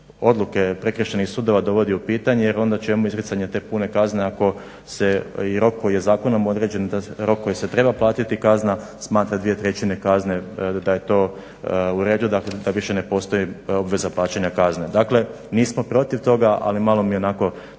odluke Prekršajnih sudova dovodi u pitanje, jer onda čemu izricanje te pune kazne ako se i rok koji je zakonom određen, da rok koji se treba platiti kazna smatra 2/3 kazne da je to u redu, da više ne postoji obveza plaćanja kazne. Dakle, nismo protiv toga ali malo mi je onako,